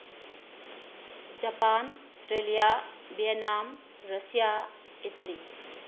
Japan Australia Vietnam Russia Italy